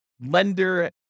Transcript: lender